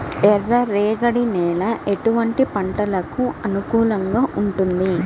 ఎర్ర రేగడి నేల ఎటువంటి పంటలకు అనుకూలంగా ఉంటుంది?